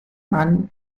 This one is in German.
mann